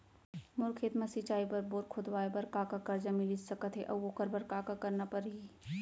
मोर खेत म सिंचाई बर बोर खोदवाये बर का का करजा मिलिस सकत हे अऊ ओखर बर का का करना परही?